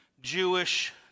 Jewish